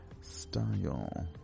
style